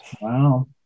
wow